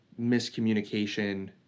miscommunication